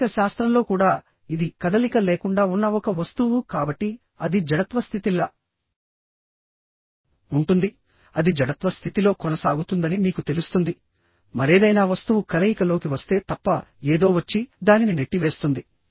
భౌతిక శాస్త్రంలో కూడా ఇది కదలిక లేకుండా ఉన్న ఒక వస్తువు కాబట్టి అది జడత్వ స్థితిల ఉంటుంది అది జడత్వ స్థితిలో కొనసాగుతుందని మీకు తెలుస్తుంది మరేదైనా వస్తువు కలయికలోకి వస్తే తప్ప ఏదో వచ్చి దానిని నెట్టివేస్తుంది